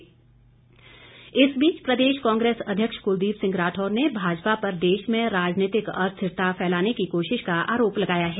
कांग्रेस इस बीच प्रदेश कांग्रेस अध्यक्ष कुलदीप सिंह राठौर ने भाजपा पर देश में राजनीतिक अस्थिरता फैलाने की कोशिश का आरोप लगाया है